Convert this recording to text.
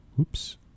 Oops